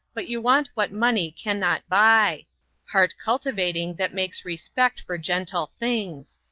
but you want what money can not buye heart cultivating that makes respect for gentle things.